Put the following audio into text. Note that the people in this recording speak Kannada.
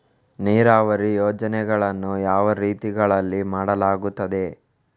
ನೀರಾವರಿ ಯೋಜನೆಗಳನ್ನು ಯಾವ ರೀತಿಗಳಲ್ಲಿ ಮಾಡಲಾಗುತ್ತದೆ?